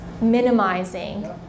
Minimizing